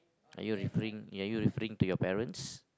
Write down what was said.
are you referring are you referring to your parents